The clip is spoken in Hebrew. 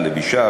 לבישה,